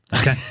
Okay